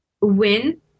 win